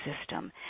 system